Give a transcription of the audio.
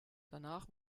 danach